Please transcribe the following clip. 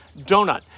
Donut